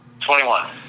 Twenty-one